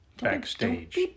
backstage